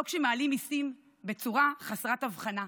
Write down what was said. לא כשמעלים מיסים בצורה חסרת הבחנה,